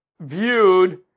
viewed